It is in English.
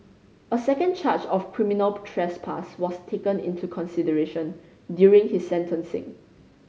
a second charge of criminal trespass was taken into consideration during his sentencing